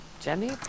Jenny